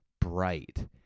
bright